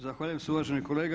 Zahvaljujem se uvaženi kolega.